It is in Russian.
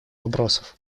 вопросов